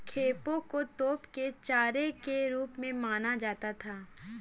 खेपों को तोप के चारे के रूप में माना जाता था